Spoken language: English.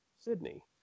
Sydney